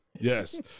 Yes